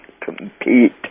compete